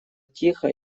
тихо